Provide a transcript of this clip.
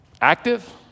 active